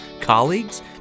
colleagues